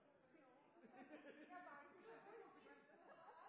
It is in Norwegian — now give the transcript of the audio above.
Ja, jeg